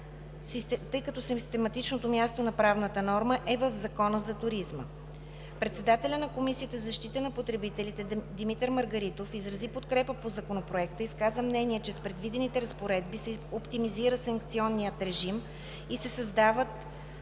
тъй като систематичното място на правната норма е в Закона за туризма. Председателят на Комисията за защита на потребителите Димитър Маргаритов изрази подкрепа по Законопроекта и изказа мнение, че с предвидените разпоредби се оптимизира санкционният режим и се създават